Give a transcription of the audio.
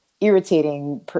irritating